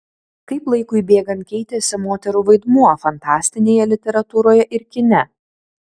kaip laikui bėgant keitėsi moterų vaidmuo fantastinėje literatūroje ir kine